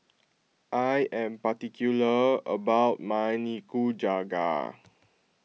I am particular about my Nikujaga